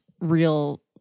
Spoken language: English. real